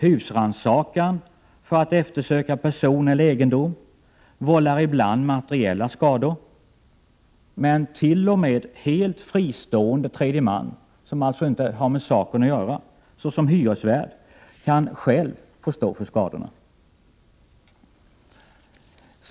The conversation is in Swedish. Husrannsakan för att eftersöka person eller egendom vållar ibland materiella skador, men t.o.m. helt fristående tredje man, såsom hyresvärd — som alltså inte har med saken att göra — kan själv få stå för skadorna.